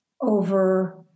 over